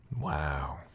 Wow